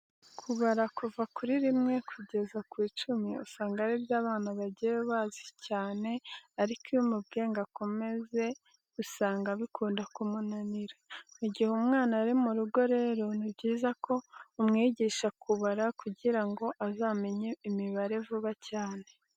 Kubara kuva kuri rimwe kugeza ku icumi usanga ari byo abana bagiye bazi cyane ariko iyo umubwiye ngo akomeze usanga bikunda kumunanira. Mu gihe umwana ari mu rugo rero ni byiza ko umwigisha kubara kugira ngo azamenye imibare vuba cyane.